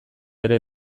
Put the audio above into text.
ere